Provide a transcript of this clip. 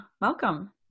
Welcome